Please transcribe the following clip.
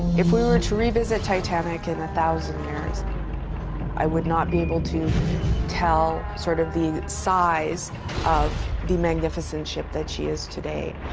if we were to revisit titanic in a thousand years i would not be able to tell sort of the size of the magnificent ship that she is today